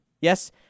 Yes